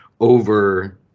over –